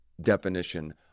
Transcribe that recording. definition